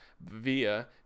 via